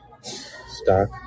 Stock